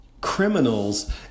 criminals